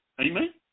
Amen